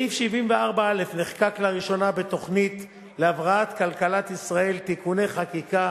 סעיף 74א נחקק לראשונה בחוק התוכנית להבראת כלכלת ישראל (תיקוני חקיקה